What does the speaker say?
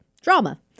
drama